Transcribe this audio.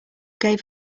gave